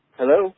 Hello